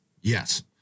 Yes